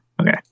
Okay